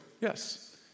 yes